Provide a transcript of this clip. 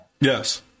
Yes